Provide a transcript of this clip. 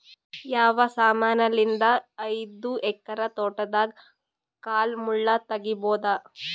ಯಾವ ಸಮಾನಲಿದ್ದ ಐದು ಎಕರ ತೋಟದಾಗ ಕಲ್ ಮುಳ್ ತಗಿಬೊದ?